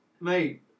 Mate